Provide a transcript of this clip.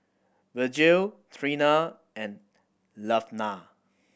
Virgil Treena and Laverna